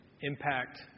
impact